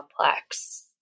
complex